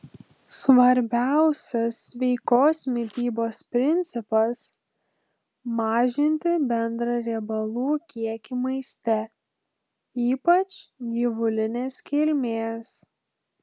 svarbiausias sveikos mitybos principas mažinti bendrą riebalų kiekį maiste ypač gyvulinės kilmės